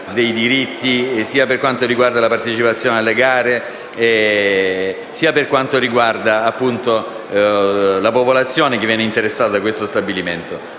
dei diritti, sia per quanto riguarda la partecipazione alle gare, sia per quanto concerne la popolazione interessata da questo stabilimento.